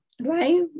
Right